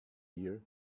year